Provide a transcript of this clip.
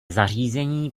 zařízení